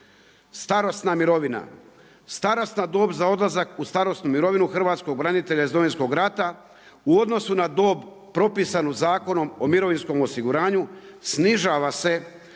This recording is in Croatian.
Starosna mirovina, starosna dob za odlazak u starosnu mirovinu hrvatskog branitelja iz Domovinskog rata u odnosu na dob propisanu Zakonom o mirovinskom osiguranju snižava se